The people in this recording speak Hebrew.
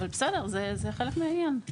אבל בסדר, זה חלק מהעניין.